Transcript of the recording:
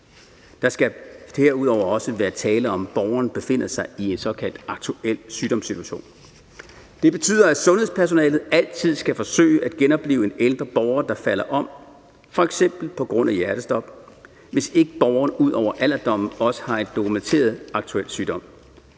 Der skal herudover også være tale om, at borgerne befinder sig i en såkaldt aktuel sygdomssituation. Det betyder, at sundhedspersonalet altid skal forsøge at genoplive en ældre borger, der falder om på grund af f.eks. hjertestop, hvis ikke borgeren ud over alderdommen også har en dokumenteret aktuel sygdom.